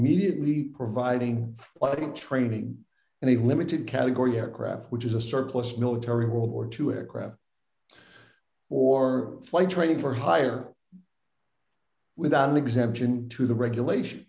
immediately providing quality training and he limited category aircraft which is a surplus military world war two aircraft or flight training for hire without an exemption to the regulations